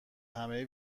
همه